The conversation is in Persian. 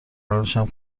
الانشم